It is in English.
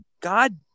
God